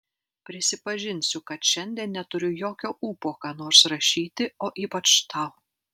prisipažinsiu kad šiandien neturiu jokio ūpo ką nors rašyti o ypač tau